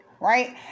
right